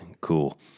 Cool